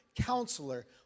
Counselor